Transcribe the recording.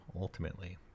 ultimately